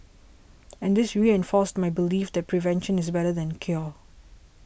and this reinforced my belief that prevention is better than cure